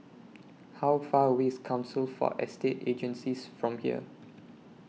How Far away IS Council For Estate Agencies from here